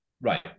right